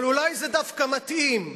אבל אולי זה דווקא מתאים,